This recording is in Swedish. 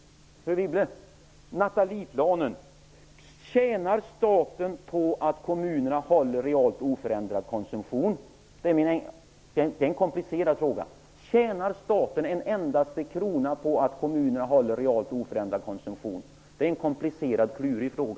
När det gäller Nathalieplanen, fru Wibble, vill jag fråga: Tjänar staten på att kommunerna håller realt oförändrad konsumtion? Det är en komplicerad och klurig fråga.